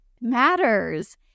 matters